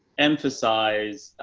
emphasize,